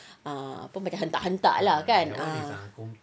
ah macam hentak-hentak lah kan